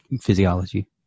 physiology